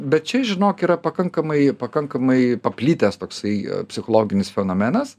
bet čia žinok yra pakankamai pakankamai paplits toksai psichologinis fenomenas